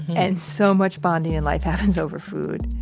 and so much bonding in life happens over food.